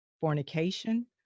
fornication